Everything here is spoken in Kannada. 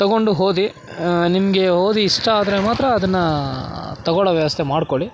ತಗೊಂಡು ಓದಿ ನಿಮಗೆ ಓದಿ ಇಷ್ಟ ಆದರೆ ಮಾತ್ರ ಅದನ್ನು ತಗೊಳ್ಳೋ ವ್ಯವಸ್ಥೆ ಮಾಡ್ಕೊಳ್ಳಿ